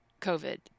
COVID